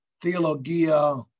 theologia